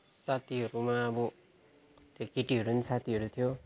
साथीहरूमा अब त्यहाँ केटीहरू पनि साथीहरू थियो